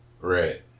Right